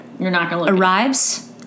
arrives